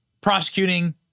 prosecuting